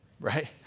right